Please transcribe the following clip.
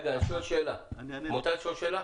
מותר לשאול שאלה?